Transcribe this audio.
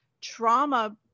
trauma